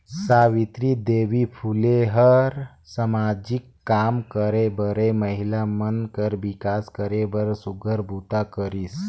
सावित्री देवी फूले ह हर सामाजिक काम करे बरए महिला मन कर विकास करे बर सुग्घर बूता करिस